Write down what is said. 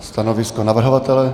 Stanovisko navrhovatele?